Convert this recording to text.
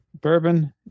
Bourbon